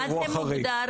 מה המקרה?